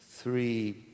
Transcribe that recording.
three